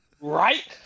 Right